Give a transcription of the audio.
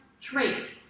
trait